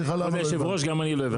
כבוד היושב ראש, גם אני לא הבנתי.